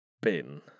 bin